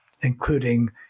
including